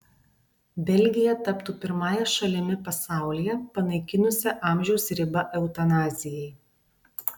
belgija taptų pirmąją šalimi pasaulyje panaikinusia amžiaus ribą eutanazijai